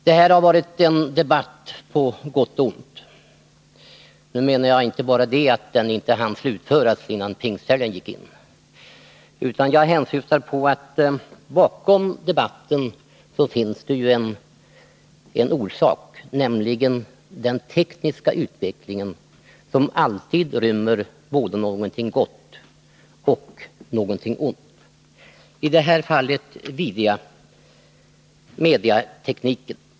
Herr talman! Det här har varit en debatt på gott och ont. Nu menar jag inte bara att den inte hann slutföras före pingsthelgen utan jag hänsyftar också på att det bakom debatten finns en orsak, nämligen den tekniska utvecklingen, som alltid rymmer både någonting gott och någonting ont. I det här fallet avser jag mediatekniken.